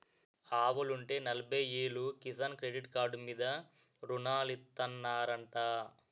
ఆవులుంటే నలబయ్యేలు Kisan credit card మీద రుణాలిత్తనారంటా